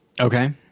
Okay